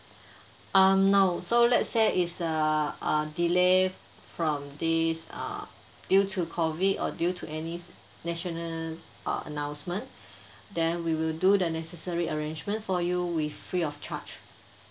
um no so let's say it's err a delay with from this err due to COVID or due to any national uh announcement then we will do the necessary arrangement for you with free of charge